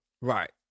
right